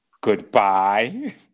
Goodbye